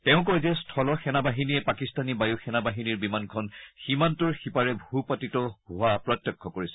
তেওঁ কয় যে স্থল সেনাবাহিনীয়ে পাকিস্তানী বায়ু সেনা বাহিনীৰ বিমানখন সীমান্তৰ সিপাৰে ভূপতিত হোৱা প্ৰত্যক্ষ কৰিছে